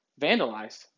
vandalized